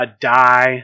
die